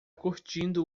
curtindo